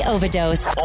Overdose